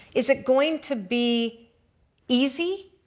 is it going to be easy?